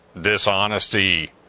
dishonesty